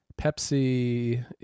Pepsi